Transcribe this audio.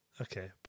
Okay